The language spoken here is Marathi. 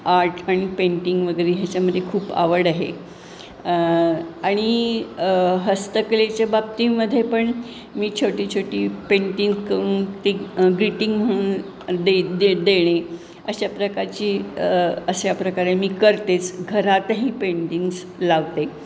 आर्ट आणि पेंटिंग वगैरे ह्याच्यामध्ये खूप आवड आहे आणि हस्तकलेच्या बाबतीमध्ये पण मी छोटी छोटी पेंटिंग करून ती ग्रीटिंग म्हणून दे दे देणे अशा प्रकारची अशा प्रकारे मी करतेच घरातही पेंटिंग्स लावते